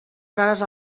frares